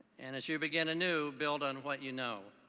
and as you begin anew build on what you know.